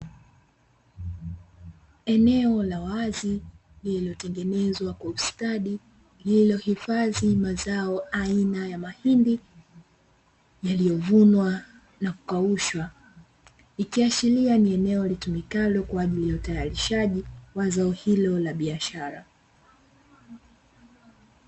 Eneo la wazi lililotengenezwa kwa ustadi lililohifadhi mazao aina ya mahindi yaliyovunwa na kukaushwa, ikiashiria ni eneo litumikalo kwa ajili ya utayarishaji wa zao hilo la biashara.